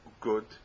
good